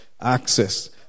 access